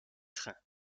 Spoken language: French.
trains